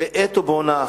בעת ובעונה אחת.